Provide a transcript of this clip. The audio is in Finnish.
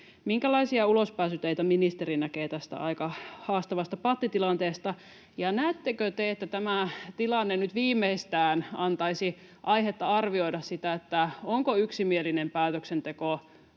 Minkälaisia ulospääsyteitä ministeri näkee tästä aika haastavasta pattitilanteesta, ja näettekö te, että tämä tilanne nyt viimeistään antaisi aihetta arvioida sitä, onko yksimielinen päätöksenteko